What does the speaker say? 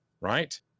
right